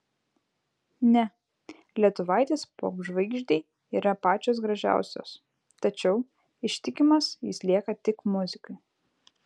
ne lietuvaitės popžvaigždei yra pačios gražiausios tačiau ištikimas jis lieka tik muzikai